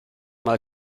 mal